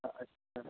हां अच्छा